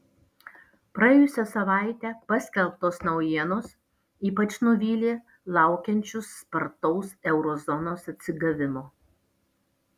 praėjusią savaitę paskelbtos naujienos ypač nuvylė laukiančius spartaus euro zonos atsigavimo